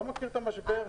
לא מכיר את המשבר.